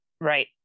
Right